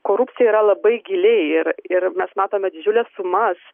korupcija yra labai gili ir ir mes matome didžiules sumas